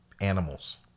animals